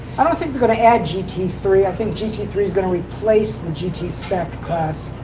i don't think they're gonna add g t three, i think g t three is going to replace the gt-spec class.